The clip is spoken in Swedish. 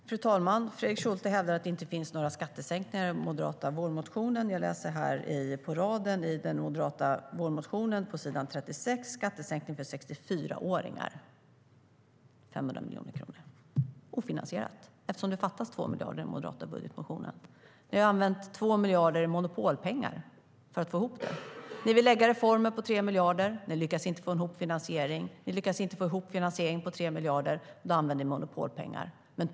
Fru talman! Fredrik Schulte hävdar att det inte finns några skattesänkningar i den moderata vårmotionen. Jag läser en rad i den moderata vårmotionen på s. 36 om skattesänkning för 64-åringar med 500 miljoner kronor. Det är ofinansierat, eftersom det fattas 2 miljarder i den moderata budgetmotionen. Ni har använt 2 miljarder i monopolpengar för att få ihop det. Ni vill göra reformer för 3 miljarder, men ni lyckas inte få ihop finansiering. Ni lyckas inte få ihop finansiering på 3 miljarder, och då använder ni monopolpengar.